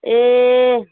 ए